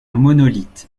monolithe